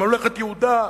בממלכת יהודה: